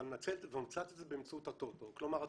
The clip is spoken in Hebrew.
אבל עושה את זה באמצעות הטוטו,